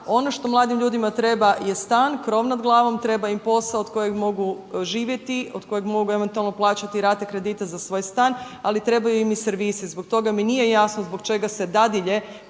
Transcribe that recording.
ono što mladim ljudima treba je stan, krov nad glavom, treba im posao od kojeg mogu živjeti, od kojeg mogu eventualno plaćati rate kredita za svoj stan, ali trebaju im i servisi. Zbog toga mi nije jasno zbog čega se dadilje